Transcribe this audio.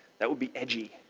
that would be edgy.